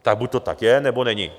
Tak buď to tak je, nebo není.